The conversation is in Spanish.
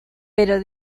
pero